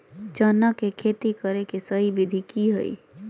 चना के खेती करे के सही विधि की हय?